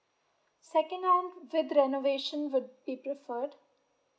second hand with renovation would be preferred